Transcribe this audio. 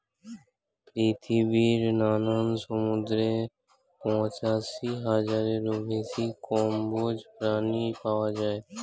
পৃথিবীর নানান সমুদ্রে পঁচাশি হাজারেরও বেশি কম্বোজ প্রাণী পাওয়া যায়